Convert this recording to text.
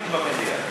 דיון במליאה.